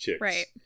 right